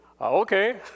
okay